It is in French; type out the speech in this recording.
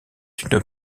une